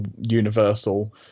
Universal